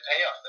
payoff